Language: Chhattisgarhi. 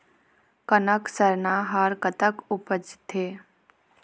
कनक सरना हर कतक उपजथे?